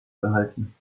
behalten